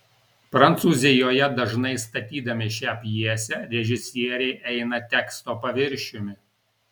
prancūzijoje dažnai statydami šią pjesę režisieriai eina teksto paviršiumi